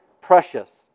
precious